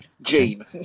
Gene